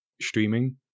streaming